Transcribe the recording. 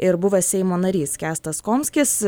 ir buvęs seimo narys kęstas komskis